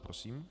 Prosím.